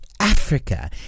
Africa